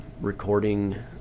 recording